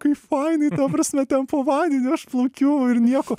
kaip fainai ta prasme ten po vandeniu aš plaukiu ir nieko